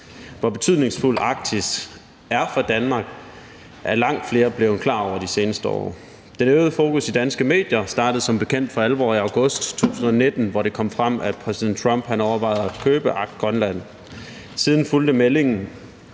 Hvor betydningsfuldt Arktis er for Danmark, er langt flere blevet klar over de seneste år. Det øgede fokus i danske medier startede som bekendt for alvor i august 2019, hvor det kom frem, at præsident Trump overvejede at købe Grønland. Siden fulgte meldingen